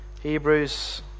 Hebrews